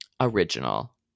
original